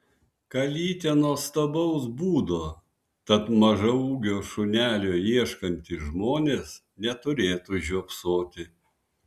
kalytė nuostabaus būdo tad mažaūgio šunelio ieškantys žmonės neturėtų žiopsoti